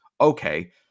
Okay